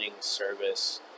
service